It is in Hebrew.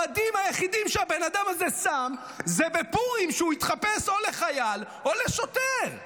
המדים היחידים שהבן אדם הזה שם זה בפורים כשהוא התחפש לחייל או לשוטר.